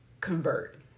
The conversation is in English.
convert